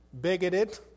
bigoted